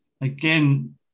again